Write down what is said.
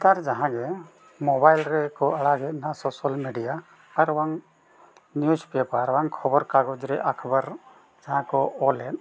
ᱱᱮᱛᱟᱨ ᱡᱟᱦᱟᱸ ᱜᱮ ᱢᱳᱵᱟᱭᱤᱞ ᱨᱮᱠᱚ ᱟᱲᱟᱜᱮᱫ ᱱᱟ ᱥᱳᱥᱟᱞ ᱢᱤᱰᱤᱭᱟ ᱟᱨ ᱵᱟᱝ ᱱᱤᱭᱩᱡᱽ ᱯᱮᱯᱟᱨ ᱵᱟᱝ ᱠᱷᱚᱵᱚᱨ ᱠᱟᱜᱚᱡᱽ ᱨᱮ ᱟᱠᱵᱟᱨ ᱡᱟᱦᱟᱸ ᱠᱚ ᱚᱞᱮᱫ